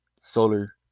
solar